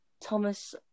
Thomas